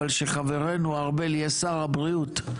אבל כשחברנו ארבל יהיה שר הבריאות,